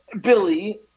Billy